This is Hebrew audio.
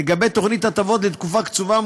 לגבי תוכנית הטבות לתקופה קצובה,